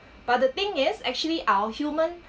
but the thing is actually our human